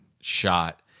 shot